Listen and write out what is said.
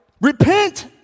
repent